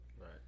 Right